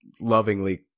lovingly